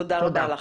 תודה רבה לך.